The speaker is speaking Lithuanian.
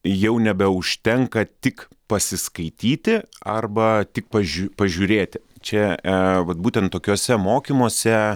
jau nebeužtenka tik pasiskaityti arba tik pažiū pažiūrėti čia vat būtent tokiuose mokymuose